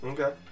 Okay